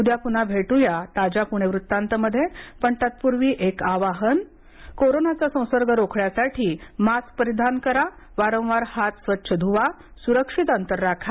उद्या पुन्हा भेटू ताज्या पुणे वृत्तांतमध्ये पण तत्पूर्वी एक आवाहन कोरोनाचा संसर्ग रोखण्यासाठी मास्क परिधान करा वारंवार हात स्वच्छ ध्वा सुरक्षित अंतर राखा